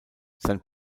sein